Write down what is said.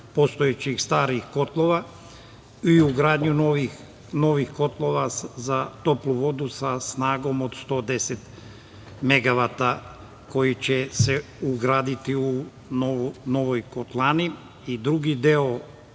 postojećih starih kotlova i ugradnju novih kotlova za toplu vodu sa snagom od 110 megavata koji će se ugraditi u novoj kotlani. Drugi deo